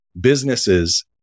businesses